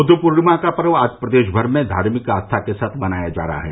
बुद्ध पूर्णिमा का पर्व आज प्रदेश भर में धार्मिक आस्था के साथ मनाया जा रहा है